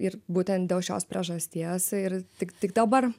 ir būtent dėl šios priežasties ir tik tik dabar